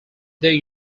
they